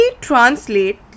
translate